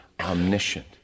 omniscient